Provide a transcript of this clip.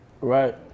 Right